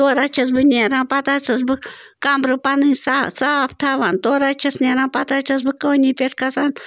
تورٕ حظ چھَس بہٕ نیران پتہٕ حظ چھَس بہٕ کَمرٕ پنٕنۍ صاف تھاوان تورٕ حظ چھَس نیران پتہٕ حظ چھَس بہٕ کٲنی پٮ۪ٹھ کھسان